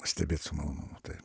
stebėt su malonumu taip